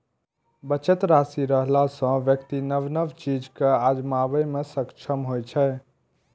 बचत राशि रहला सं व्यक्ति नव नव चीज कें आजमाबै मे सक्षम होइ छै